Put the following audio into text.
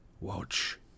watch